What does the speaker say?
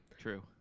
True